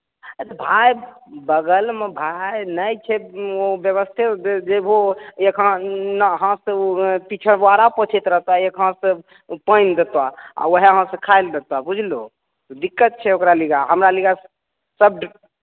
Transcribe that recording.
अरे भाइ बगलमे भाइ नहि छै ओ व्यवस्था जैबहो एक हाथसॅं ओ पिछवारा पोछैत रहतऽ एक हाथसॅं ओ पानि देतअ आ ओही हाथसॅं खाय लेल देतऽ बुझलो दिक्कत छै ओकरा लग हमरा लग सब